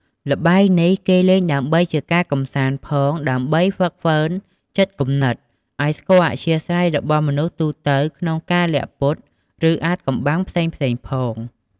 ល្បែងនេះ គេលេងដើម្បីជាការកម្សាន្តផង ដើម្បីហាត់ហ្វឹកហ្វឺនចិត្តគំនិត ឲ្យស្គាល់អធ្យាស្រ័យរបស់មនុស្សទូទៅក្នុងការលាក់ពុត ឬអាថ៍កំបាំងផ្សេងៗផង។